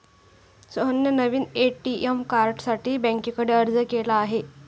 सोहनने नवीन ए.टी.एम कार्डसाठी बँकेकडे अर्ज केला आहे